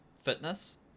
fitness